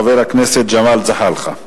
חבר הכנסת ג'מאל זחאלקה.